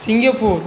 Singapore